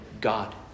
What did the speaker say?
God